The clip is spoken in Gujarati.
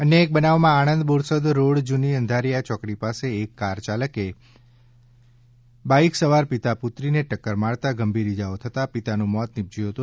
અન્ય એક બનાવમાં આણંદ બોરસદ રોડ જૂની અંધારિયા ચોકડી પાસે એક કાર યાલકે ખડોલ હ ગામના બાઈક સવાર પિતા પુત્રીને ટક્કર મારતા ગંભીર ઇજાઓ થતા પિતાનું મોત નીપજ્યું હતું